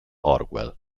orwell